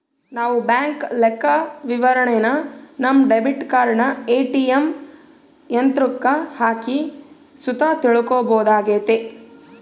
ನಾವು ಬ್ಯಾಂಕ್ ಲೆಕ್ಕವಿವರಣೆನ ನಮ್ಮ ಡೆಬಿಟ್ ಕಾರ್ಡನ ಏ.ಟಿ.ಎಮ್ ಯಂತ್ರುಕ್ಕ ಹಾಕಿ ಸುತ ತಿಳ್ಕಂಬೋದಾಗೆತೆ